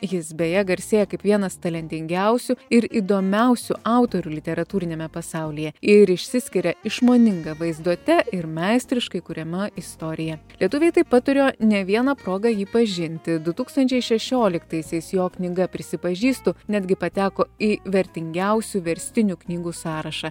jis beje garsėja kaip vienas talentingiausių ir įdomiausių autorių literatūriniame pasaulyje ir išsiskiria išmoninga vaizduote ir meistriškai kuriama istorija lietuviai taip pat turėjo ne vieną progą jį pažinti du tūkstančiai šešioliktaisiais jo knyga prisipažįstu netgi pateko į vertingiausių verstinių knygų sąrašą